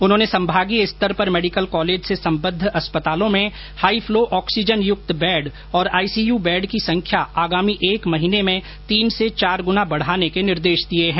उन्होंने संभागीय स्तर पर मेडिकल कॉलेज से संबंद्व अस्पतालों में हाईफलो ऑक्सीजन युक्त बैड और आईसीयू बैड की संख्या आगामी एक महीने में तीन से चार गुना बढ़ाने के निर्देश दिए है